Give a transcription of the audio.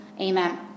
Amen